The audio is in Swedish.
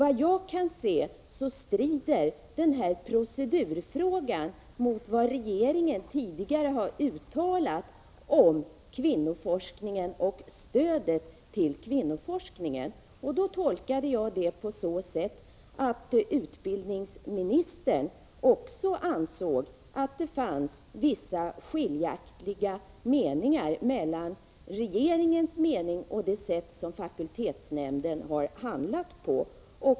Såvitt jag kan se strider handlingssättet i den här procedurfrågan mot vad regeringen tidigare har uttalat när det gäller kvinnoforskningen och stödet till denna. Jag tolkade utbildningsministerns svar som att också hon ansåg att det föreligger vissa skiljaktigheter mellan vad regeringen anser och hur fakultetsnämnden har handlat.